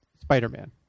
Spider-Man